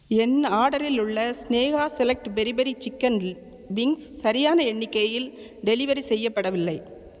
என் ஆர்டரில் உள்ள Sneha select peri peri chicken wings சரியான எண்ணிக்கையில் டெலிவரி செய்யப்படவில்லை